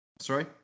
Sorry